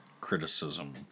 criticism